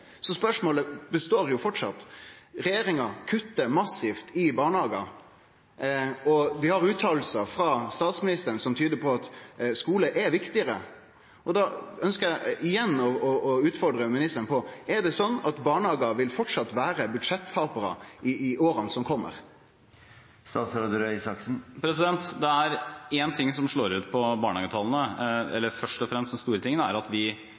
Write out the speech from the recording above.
Spørsmålet er jo det same. Regjeringa kuttar massivt i løyvingane til barnehagane, og vi har utsegner frå statsministeren som tyder på at skule er viktigare. Då ønskjer eg igjen å utfordre ministeren på dette: Er det sånn at barnehagane fortsatt vil vere budsjettaparar i åra som kjem? Den store tingen som slår ut på barnehagetallene, er først og fremst at vi avlyste den rød-grønne planen om to opptak. Jeg synes det er interessant at